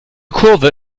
kurve